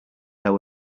there